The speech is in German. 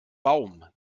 baum